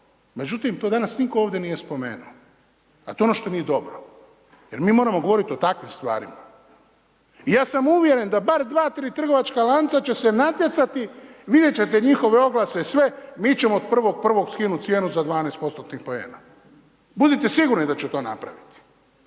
Međutim do danas nitko ovdje nije spomenuo, a to je ono što nije dobro jer mi moramo govoriti o takvim stvarima. Ja sam uvjeren da bar dva, tri trgovačka lanca će se natjecati, vidjet ćete njihove oglase i sve, mi ćemo od 1.1. skinuti cijenu za 12%-tnih poena. Budite sigurni da će to napraviti.